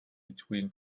between